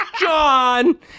John